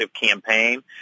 campaign